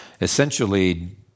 Essentially